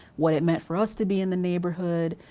what it meant for us to be in the neighborhood,